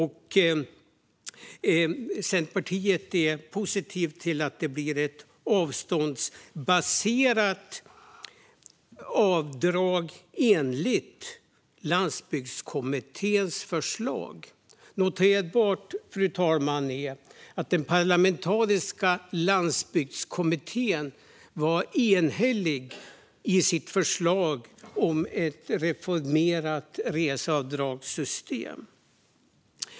Centerpartiet är positivt till att det blir ett avståndsbaserat avdrag i enlighet med Landsbygdskommitténs förslag. Noterbart, fru talman, är att den parlamentariska landsbygdskommittén var enhällig i sitt förslag om ett reformerat reseavdragssystem.